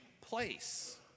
place